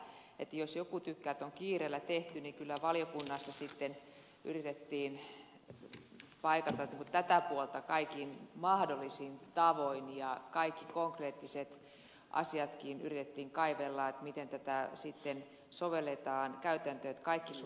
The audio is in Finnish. että jos joku tykkää että on kiireellä tehty niin kyllä valiokunnassa sitten yritettiin paikata tätä puolta kaikin mahdollisin tavoin ja kaikki konkreettiset asiatkin yritettiin kaivella miten tätä sitten sovelletaan käytäntöön että kaikki sujuisi hyvin